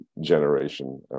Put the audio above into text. generation